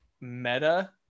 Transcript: meta